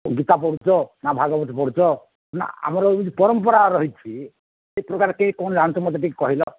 ଗୀତା ପଢ଼ୁଛ ନା ଭାଗବତ ପଢ଼ୁଛ ନା ଆମର ଏ ଯେଉଁ ପରମ୍ପରା ରହିଛି ଏପ୍ରକାର କଣ ଟିକେ ଜାଣିଛ ମୋତେ ଟିକେ କହିଲ